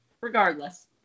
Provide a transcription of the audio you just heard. Regardless